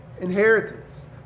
inheritance